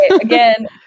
again